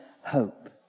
hope